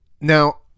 Now